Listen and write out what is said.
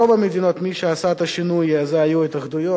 ברוב המדינות מי שעשה את השינוי היו ההתאחדויות.